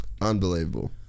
Unbelievable